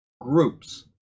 groups